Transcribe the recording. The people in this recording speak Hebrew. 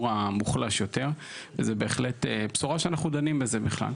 המוחלש יותר וזה בהחלט בשורה שאנחנו דנים בזה בכלל,